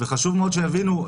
וחשוב מאוד שיבינו,